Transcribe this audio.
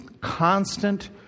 constant